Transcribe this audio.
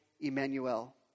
Emmanuel